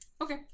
Okay